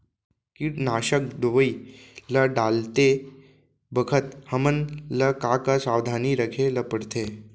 कीटनाशक दवई ल डालते बखत हमन ल का का सावधानी रखें ल पड़थे?